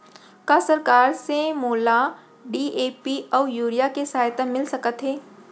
का सरकार से मोला डी.ए.पी अऊ यूरिया के सहायता मिलिस सकत हे?